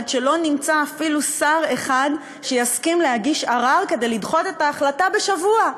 עד שלא נמצא אפילו שר אחד שיסכים להגיש ערר כדי לדחות את ההחלטה בשבוע.